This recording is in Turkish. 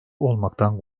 olmaktan